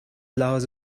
لحاظ